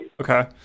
Okay